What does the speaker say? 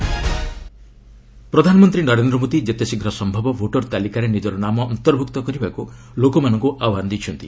PM vote ପ୍ରଧାନମନ୍ତ୍ରୀ ନରେନ୍ଦ୍ର ମୋଦି ଯେତେ ଶୀଘ୍ର ସୟବ ଭୋଟର ତାଲିକାରେ ନିଜର ନାମ ଅନ୍ତର୍ଭୁକ୍ତ କରିବାକୁ ଲୋକମାନଙ୍କୁ ଆହ୍ୱାନ ଦେଇଛନ୍ତି